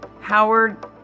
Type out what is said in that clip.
Howard